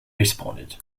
responded